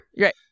Right